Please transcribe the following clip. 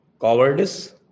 cowardice